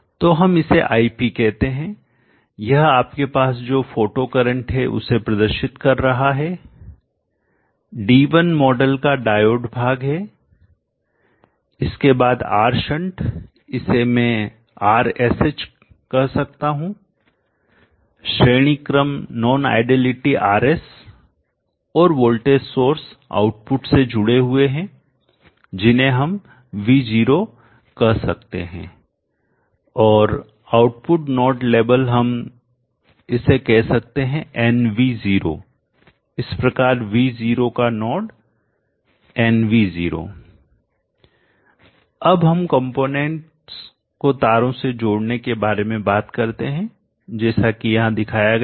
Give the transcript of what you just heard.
तो हम इसे Ip कहते हैं यह आपके पास जो फोटो करंट है उसे प्रदर्शित कर रहा है D1 मॉडल का डायोड भाग है इसके बाद R शंट इसे मैं Rsh कह सकता हूं श्रेणी क्रम नॉन आइडियलिटी Rs और वोल्टेज सोर्स आउटपुट से जुड़े हुए हैं जिन्हें हम V0 कह सकते हैं और आउटपुट नोड लेबल हम इसे कह सकते हैं nV0 इस प्रकार V0 का नोड nV0 अब हम कंपोनेंट्स को तारों से जोड़ने के बारे में बात करते हैं जैसा कि यहां दिखाया गया है